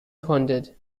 funded